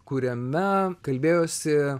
kuriame kalbėjosi